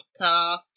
podcast